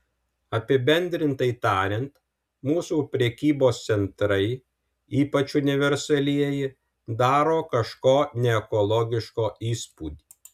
apibendrintai tariant mūsų prekybos centrai ypač universalieji daro kažko neekologiško įspūdį